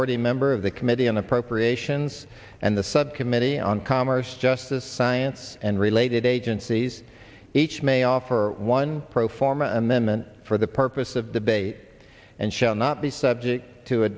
ty member of the committee on appropriations and the subcommittee on commerce justice science and related agencies each may offer one pro forma and then meant for the purpose of debate and shall not be subject to a